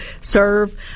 serve